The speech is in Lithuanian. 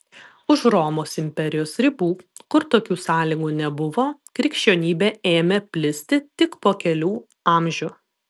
už romos imperijos ribų kur tokių sąlygų nebuvo krikščionybė ėmė plisti tik po kelių amžių